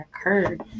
occurred